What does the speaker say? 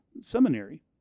Seminary